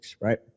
right